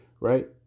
right